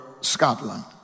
Scotland